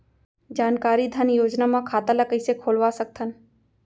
जानकारी धन योजना म खाता ल कइसे खोलवा सकथन?